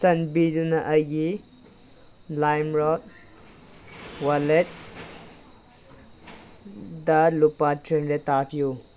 ꯆꯥꯟꯕꯤꯗꯨꯅ ꯑꯩꯒꯤ ꯂꯥꯏꯝꯔꯣꯠ ꯋꯥꯜꯂꯦꯠꯗ ꯂꯨꯄꯥ ꯊ꯭ꯔꯤ ꯍꯟꯗ꯭ꯔꯦꯠ ꯊꯥꯕꯤꯌꯨ